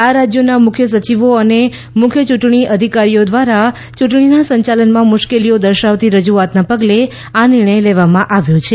આ રાજ્યોના મુખ્ય સચિવો અને મુખ્ય ચૂંટણી અધિકારીઓ દ્વારા ચૂંટણીના સંચાલનમાં મુશ્કેલીઓ દર્શાવતી રજુઆતના પગલે આ નિર્ણય લેવામાં આવ્યો છે